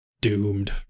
doomed